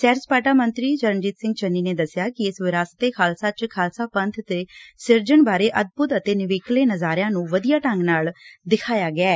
ਸੈਰ ਸਪਾਟਾ ਮੰਤਰੀ ਚਰਨਜੀਤ ਸਿੰਘ ਚੰਨੀ ਨੇ ਦੱਸਿਆ ਕਿ ਇਸ ਵਿਰਾਸਤ ਏ ਖਾਲਸਾ ਪੰਬ ਦੇ ਸਿਰਜਣ ਬਾਰੇ ਅਦਭੁੱਤ ਅਤੇ ਨਿਵਕਲੇ ਨਜਾਰਿਆਂ ਨੂੰ ਵਧੀਆ ਢੰਗ ਨਾਲ਼ ਦਿਖਾਇਆ ਗਿਐ